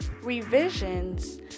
revisions